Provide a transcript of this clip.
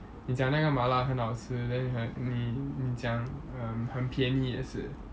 你讲那个麻辣很好吃 then 你很你你讲 um 很便宜也是